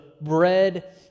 bread